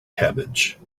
cabbage